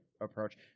approach